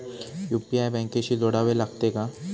UPI बँकेशी जोडावे लागते का?